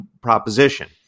proposition